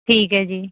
ਠੀਕ ਹੈ ਜੀ